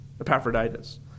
Epaphroditus